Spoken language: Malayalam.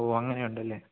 ഓ അങ്ങനെയുണ്ടല്ലേ